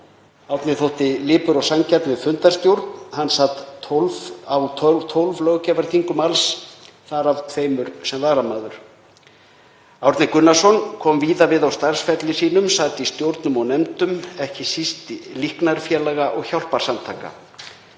Hann þótti lipur og sanngjarn við fundarstjórn. Árni sat á 12 löggjafarþingum alls, þar af tveimur sem varamaður. Árni Gunnarsson kom víða við á starfsferli sínum, sat í stjórnum og nefndum, ekki síst líknarfélaga og hjálparsamtaka.